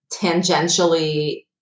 tangentially